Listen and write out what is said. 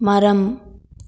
மரம்